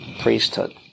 priesthood